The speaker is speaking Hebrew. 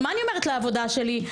מה אני אומרת לעבודה שלי?